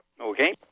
Okay